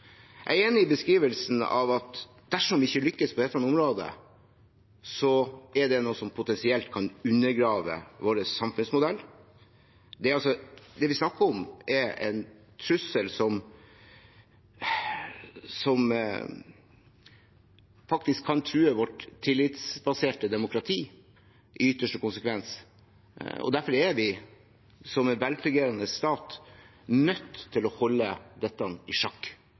av at dersom vi ikke lykkes på dette området, er det noe som potensielt kan undergrave vår samfunnsmodell. Det vi snakker om, er en trussel som faktisk kan true vårt tillitsbaserte demokrati i ytterste konsekvens. Derfor er vi, som en velfungerende stat, nødt til å holde dette i sjakk.